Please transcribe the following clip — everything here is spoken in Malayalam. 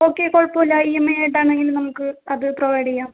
ഓക്കെ കുഴപ്പമില്ല ഈ എം ഐയായിട്ടാണെങ്കിലും നമുക്ക് അത് പ്രൊവൈഡ് ചെയ്യാം